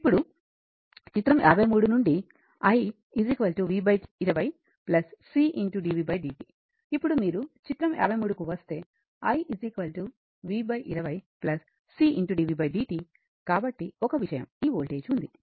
ఇప్పుడుచిత్రం 53 నుండి i v20c dv dt ఇప్పుడు మీరు చిత్రం 53 కి వస్తే i v20c dv dt కాబట్టి ఒక విషయం ఈ వోల్టేజ్ ఉంది